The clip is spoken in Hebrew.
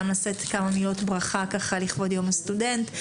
גם לשאת כמה מילות ברכה לכבוד יום הסטודנט,